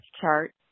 chart